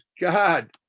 god